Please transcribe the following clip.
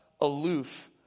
aloof